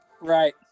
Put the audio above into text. Right